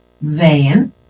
Van